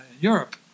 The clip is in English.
Europe